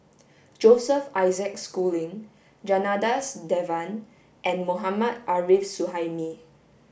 Joseph Isaac Schooling Janadas Devan and Mohammad Arif Suhaimi